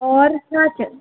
और छाछ